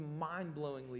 mind-blowingly